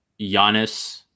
Giannis